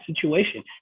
situation